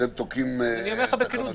אז הם תוקעים את התקנות.